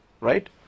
right